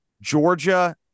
Georgia